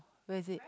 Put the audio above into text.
where is it